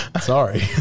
sorry